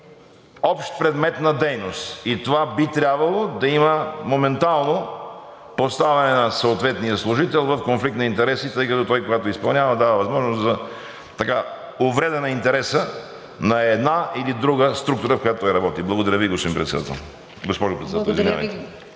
общ предмет на дейност, и това би трябвало да има моментално поставяне на съответния служител в конфликт на интереси, тъй като той, когато изпълнява, дава възможност за увреда на интереса на една или друга структура, в която той работи. Благодаря Ви, госпожо Председател.